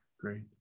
great